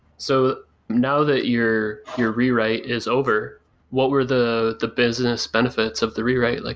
so now that you're you're rewrite is over what were the the business benefits of the rewrite? like